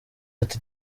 ati